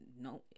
no